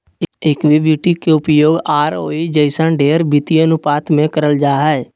equity के उपयोग ROE जइसन ढेर वित्तीय अनुपात मे करल जा हय